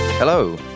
Hello